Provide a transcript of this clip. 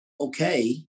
okay